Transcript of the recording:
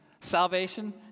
salvation